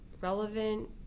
relevant